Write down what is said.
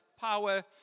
power